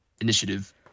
initiative